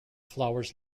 flowers